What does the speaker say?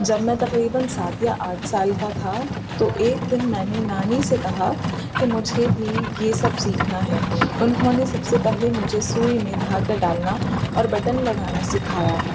جب میں تقریباً سات یا آٹھ سال کا تھا تو ایک دن میں نے نانی سے کہا کہ مجھے بھی یہ سب سیکھنا ہے انہوں نے سب سے پہلے مجھے سوئی میں دھاگہ ڈالنا اور بٹن لگانا سکھایا